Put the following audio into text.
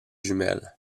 jumelles